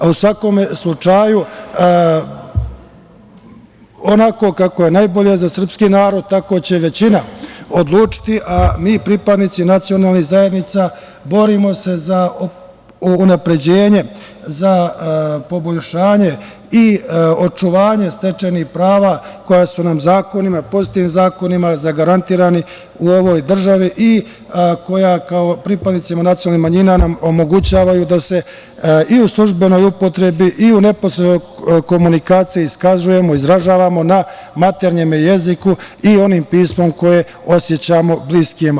U svakom slučaju, onako kako je najbolje za srpski narod, tako će većina odlučiti, a mi pripadnici nacionalnih zajednica borimo se za unapređenje, za poboljšanje i očuvanje stečenih prava koja su nam pozitivnim zakonima zagarantovana u ovoj državi i koja kao pripadnicima nacionalne manjine nam omogućavaju da se i u službenoj upotrebi i u neposrednoj komunikaciji iskazujemo, izražavamo na maternjem jeziku i onim pismom koje osećamo bliskim.